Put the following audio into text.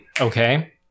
Okay